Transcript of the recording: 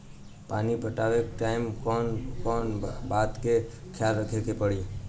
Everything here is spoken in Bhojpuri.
पानी पटावे टाइम कौन कौन बात के ख्याल रखे के पड़ी?